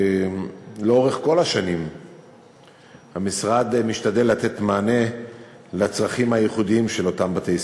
לאורך כל השנים המשרד משתדל לתת מענה לצרכים הייחודיים של אותם בתי-ספר.